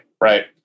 Right